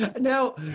now